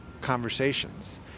conversations